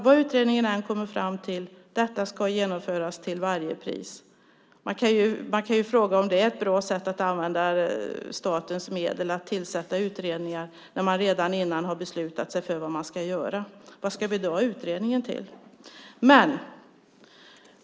Vad utredningen än kommer fram till ska detta genomföras till varje pris. Man kan ju fråga om det är ett bra sätt att använda statens medel att tillsätta utredningar när man redan innan har beslutat sig för vad man ska göra. Vad ska vi då ha utredningar till?